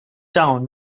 town